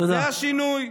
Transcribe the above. זה השינוי?